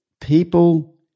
people